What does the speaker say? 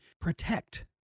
protect